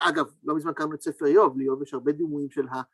אגב, לא מזמן קראנו את ספר איוב, לאיוב יש הרבה דימויים של ה...